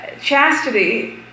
chastity